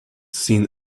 seen